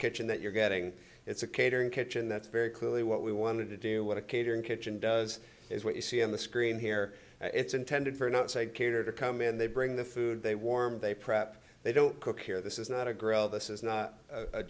kitchen that you're getting it's a catering kitchen that's very clearly what we wanted to do what a catering kitchen does is what you see on the screen here it's intended for an outside catered to come in they bring the food they warm they prep they don't cook here this is not a grill this is not a